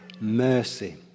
mercy